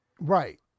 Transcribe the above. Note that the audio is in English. Right